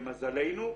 למזלנו,